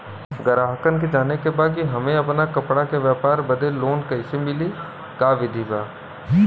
गराहक के जाने के बा कि हमे अपना कपड़ा के व्यापार बदे लोन कैसे मिली का विधि बा?